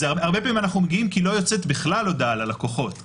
הרבה פעמים אנחנו מגיעים כי לא יוצאת בכלל הודעה ללקוחות,